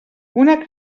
una